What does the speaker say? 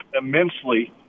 immensely